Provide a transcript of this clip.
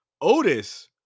Otis